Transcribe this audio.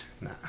Nah